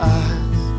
eyes